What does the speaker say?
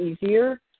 easier